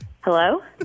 Hello